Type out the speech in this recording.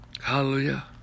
Hallelujah